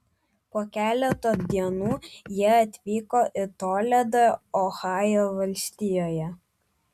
po keleto dienų jie atvyko į toledą ohajo valstijoje